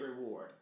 reward